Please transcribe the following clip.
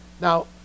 Now